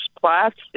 plastic